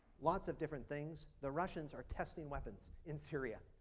lots of different things. the russians are testing weapons in syria.